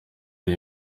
ari